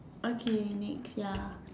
okay next ya